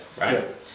right